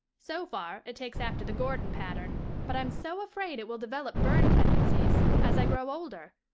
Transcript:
so far, it takes after the gordon pattern, but i'm so afraid it will develop byrne tendencies as i grow older.